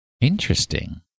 Interesting